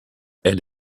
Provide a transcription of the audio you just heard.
elle